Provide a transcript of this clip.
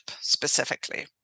specifically